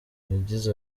yagize